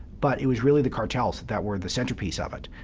but it was really the cartels that were the centerpiece of it.